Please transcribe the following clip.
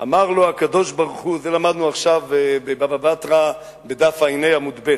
אמר לו הקב"ה" את זה למדנו עכשיו בבבא בתרא בדף ע"ה עמוד ב'.